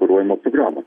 kuruojamą programą